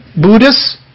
Buddhist